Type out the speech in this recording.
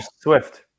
Swift